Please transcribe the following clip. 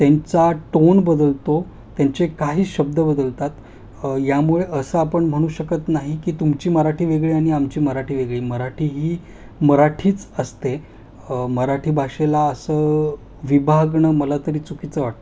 त्यांचा टोन बदलतो त्यांचे काही शब्द बदलतात यामुळे असं आपण म्हणू शकत नाही की तुमची मराठी वेगळी आणि आमची मराठी वेगळी मराठी ही मराठीच असते मराठी भाषेला असं विभागणं मला तरी चुकीचं वाटतं